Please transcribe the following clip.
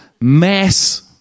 mass